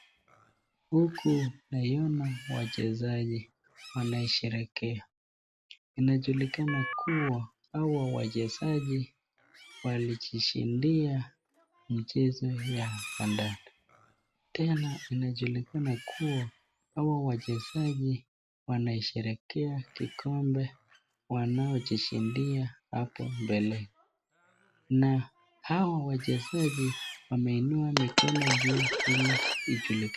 Huku nawaona wachezaji wanaosherehekea. Inajulikana kuwa hawa wachezaji wamejishidia mchezo ya kandanda tena inajulikana kuwa hawa wachezaji wanaisherehekea kikombe walichojishindia hapo mbeleni. Na hao wachezaji wameinua mikono juu ili ijulikane.